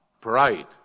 Pride